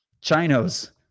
Chinos